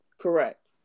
Correct